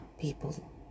people